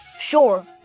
Sure